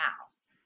house